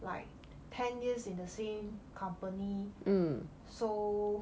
like ten years in the same company so